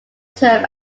term